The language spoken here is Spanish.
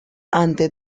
ante